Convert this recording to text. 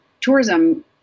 tourism